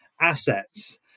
assets